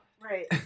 Right